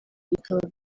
bikaba